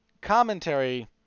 Commentary